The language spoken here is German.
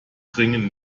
bringen